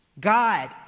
God